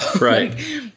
Right